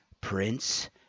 prince